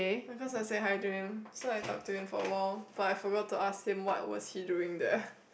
because I say hi to him so I talk to him for a while but I forgot to ask him what was he doing there